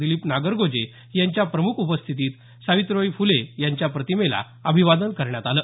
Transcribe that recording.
दिलीप नागरगोजे आदींच्या प्रमुख उपस्थितीमध्ये सावित्रीबाईं फुले यांच्या प्रतिमेला अभिवादन करण्यात आलं